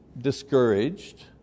discouraged